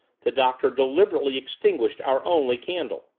the doctor deliberately extinguished our only candle!